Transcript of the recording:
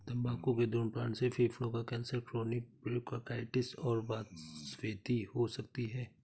तंबाकू के धूम्रपान से फेफड़ों का कैंसर, क्रोनिक ब्रोंकाइटिस और वातस्फीति हो सकती है